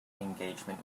engagement